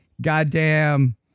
goddamn